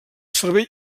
cervell